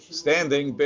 standing